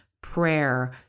prayer